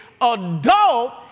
adult